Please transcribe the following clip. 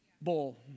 bull